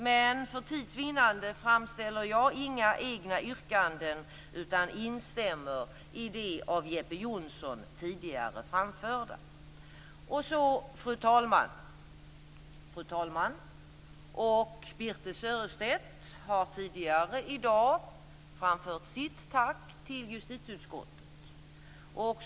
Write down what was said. Men för tids vinnande framställer jag inga egna yrkanden, utan instämmer i det av Jeppe Fru talman! Fru talman och Birthe Sörestedt har tidigare i dag framfört sitt tack till justitieutskottet.